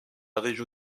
région